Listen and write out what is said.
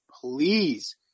please